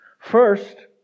First